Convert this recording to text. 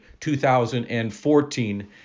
2014